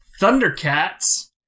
Thundercats